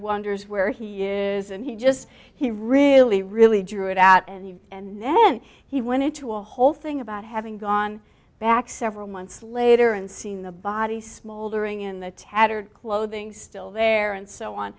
wonders where he is and he just he really really drew it out and he and then he went into a whole thing about having gone back several months later and seen the body small during in the tattered clothing still there and so on